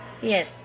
Yes